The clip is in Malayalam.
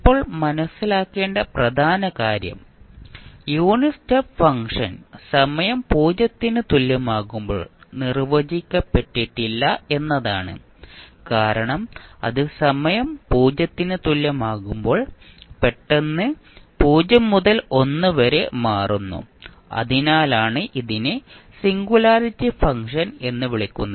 ഇപ്പോൾ മനസ്സിലാക്കേണ്ട പ്രധാന കാര്യം യൂണിറ്റ് സ്റ്റെപ്പ് ഫംഗ്ഷൻ സമയം 0 ന് തുല്യമാകുമ്പോൾ നിർവചിക്കപ്പെട്ടിട്ടില്ല എന്നതാണ് കാരണം അത് സമയം 0 ന് തുല്യമാകുമ്പോൾ പെട്ടെന്ന് 0 മുതൽ 1 വരെ മാറുന്നു അതിനാലാണ് ഇതിനെ സിംഗുലാരിറ്റി ഫംഗ്ഷൻ എന്ന് വിളിക്കുന്നത്